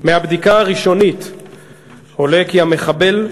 מהבדיקה הראשונית עולה כי המחבל,